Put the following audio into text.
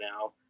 now